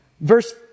Verse